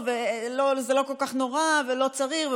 זה לא כל כך נורא ולא צריך,